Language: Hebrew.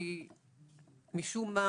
כי משום מה